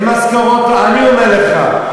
אני אומר לך.